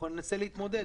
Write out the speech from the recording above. וננסה להתמודד.